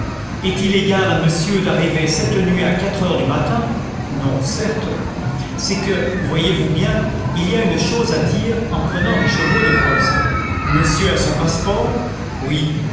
est-il égal à monsieur d'arriver cette nuit à quatre heures du matin non certes c'est que voyez-vous bien il y a une chose à dire en prenant des chevaux de poste monsieur a son passeport oui